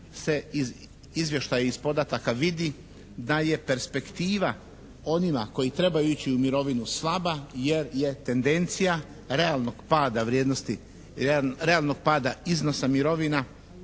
se iz izvještaja podataka vidi da je perspektiva onima koji trebaju ići u mirovinu slaba jer je tendencija realnog pada vrijednosti,